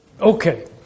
Okay